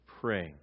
praying